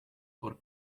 por